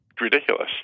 ridiculous